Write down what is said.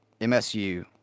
MSU